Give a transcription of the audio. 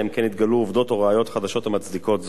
אלא אם כן נתגלו עובדות או ראיות חדשות המצדיקות זאת.